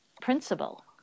principle